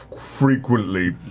frequently.